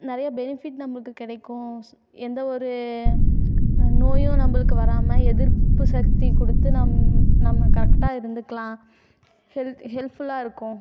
நிறைய பெனிஃபிட் நம்மளுக்கு கிடைக்கும் எந்த ஒரு நோயும் நம்மளுக்கு வராமல் எதிர்ப்பு சக்தி கொடுத்து நம் நம்ம கரெக்டாக இருந்துக்கலாம் ஹெல்த் ஹெல்ப்ஃபுல்லாக இருக்கும்